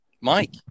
Mike